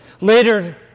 Later